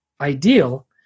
ideal